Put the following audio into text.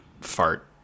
fart